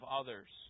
others